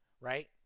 Right